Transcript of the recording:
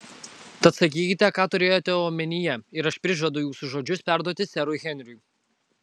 tad sakykit ką turėjote omenyje ir aš prižadu jūsų žodžius perduoti serui henriui